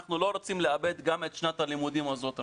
אנחנו לא רוצים לאבד גם את שנת הלימודים הזאת.